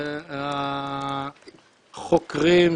מהחוקרים,